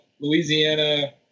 Louisiana